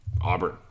Auburn